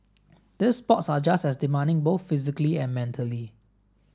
these sports are just as demanding both physically and mentally